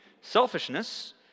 selfishness